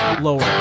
lower